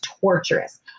torturous